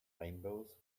rainbows